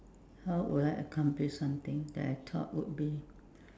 how would I accomplish something that I thought would be